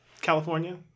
California